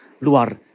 luar